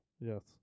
Yes